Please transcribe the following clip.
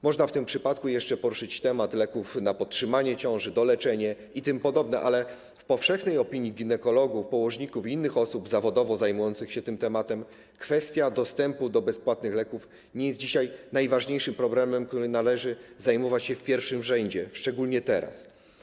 Można w tym przypadku jeszcze poruszyć temat leków na podtrzymanie ciąży, doleczenie itp., ale w powszechnej opinii ginekologów, położników i innych osób zawodowo zajmujących się tym tematem kwestia dostępu do bezpłatnych leków nie jest dzisiaj najważniejszym problemem, którym należy zajmować się w pierwszym rzędzie, szczególnie teraz.